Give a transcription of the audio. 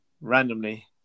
randomly